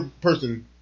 person